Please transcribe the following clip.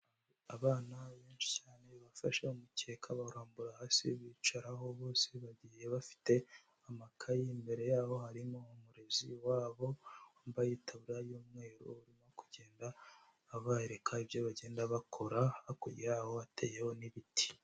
Abana benshi cyane bafashe umukeka bawurambura hasi bicaraho, bose bagiye bafite amakaye imbere yabo harimo umurezi wabo, wambaye itaburiya y'umweru, urimo kugenda abareka ibyo bagenda bakora hakurya yaho hateyeho n'ibiti.